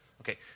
Okay